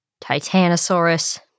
Titanosaurus